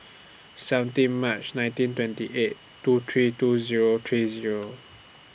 seventeen March nineteen twenty eight two three two Zero three Zero